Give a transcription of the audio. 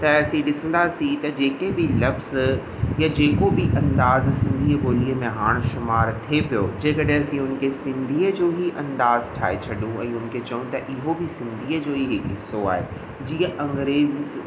त असीं ॾिसंदासीं त जेके बि लफ़्ज़ या जेको बि अंदाज़ु सिंधीअ ॿोली में हाणे शुमारु थिए पियो जेकॾहिं असीं हुन खे सिंधीअ जो ई अंदाज़ु ठाहे छॾूं वरी उन खे चऊं त इहो बि सिंधीअ जो ई हिसो आहे जीअं अंग्रेज़